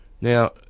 Now